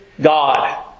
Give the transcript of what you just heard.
God